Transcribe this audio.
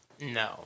No